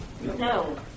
No